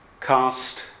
cast